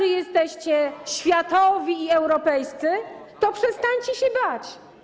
Tacy jesteście światowi i europejscy, to przestańcie się bać.